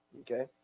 Okay